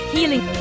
Healing